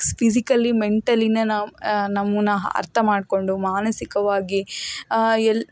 physically ಮೆಂಟಲಿನೇ ನಾವು ನಮ್ಮನ್ನ ಅರ್ಥ ಮಾಡಿಕೊಂಡು ಮಾನಸಿಕವಾಗಿ ಎಲ್ಲ